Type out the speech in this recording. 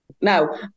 Now